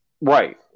Right